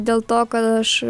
bet dėl to kad aš